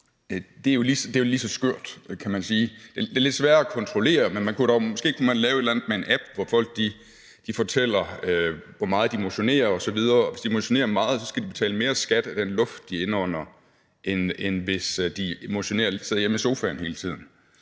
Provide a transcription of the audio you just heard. det er jo lige så skørt, kan man sige. Det er lidt sværere at kontrollere, men måske kunne man lave et eller andet med en app, hvor folk fortæller, hvor meget de motionerer osv., og hvis de motionerer meget, skal de betale mere skat af den luft, de indånder, end hvis de sidder hjemme i sofaen hele tiden.